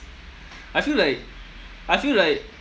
I feel like I feel like